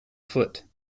foot